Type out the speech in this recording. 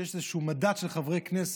שיש איזשהו מדד של חברי כנסת,